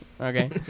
Okay